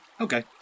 okay